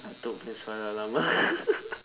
atuk punya seluar dalam